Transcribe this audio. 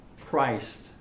Christ